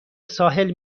ساحل